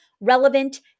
relevant